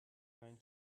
going